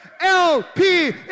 LP